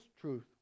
truth